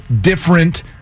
different